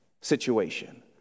situation